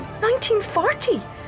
1940